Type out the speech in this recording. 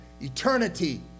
eternity